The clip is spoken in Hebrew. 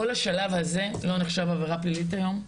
כל השלב הזה לא נחשב עבירה פלילית היום.